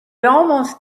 almost